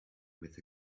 with